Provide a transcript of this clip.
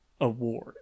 award